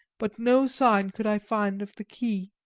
but no sign could i find of the key.